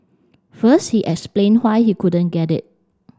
first he explained why he couldn't get it